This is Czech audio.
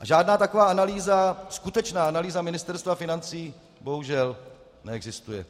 A žádná taková skutečná analýza Ministerstva financí bohužel neexistuje.